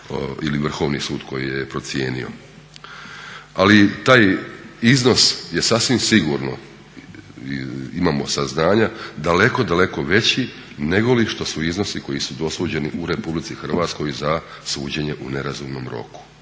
ili Vrhovni sud koji je procijenio. Ali taj iznos je sasvim sigurno, imamo saznanja daleko, daleko veći nego što su iznosi koji su dosuđeni u Republici Hrvatskoj za suđenje u nerazumnom roku